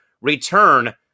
return